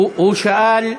הוא שאל,